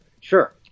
Sure